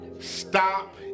Stop